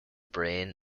brain